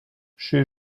chez